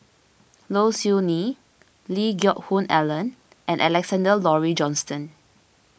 Low Siew Nghee Lee Geck Hoon Ellen and Alexander Laurie Johnston